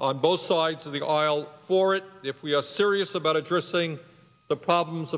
on both sides of the aisle for it if we are serious about addressing the problems